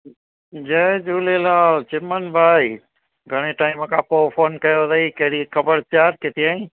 जय झूलेलाल चिमन भाई घणे टाईम खां पोइ फ़ोन कयो अथई कहिड़ी ख़बरचार किथे आहीं